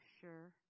sure